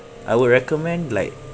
I would recommend like